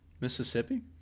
Mississippi